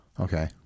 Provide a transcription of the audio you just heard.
Okay